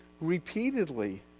repeatedly